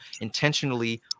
intentionally